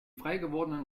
freigewordenen